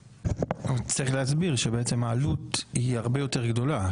צריך להסביר שבעצם העלות היא הרבה יותר גדולה.